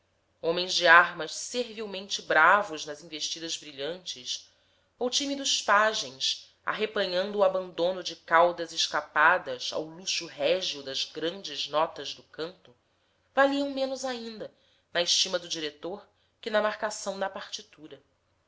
homens e armas servilmente bravos nas investidas brilhantes ou tímidos pajens arrepanhando o abandono de caudas escapadas ao luxo régio das grandes notas do canto valiam menos ainda na estima do diretor que na marcação da partitura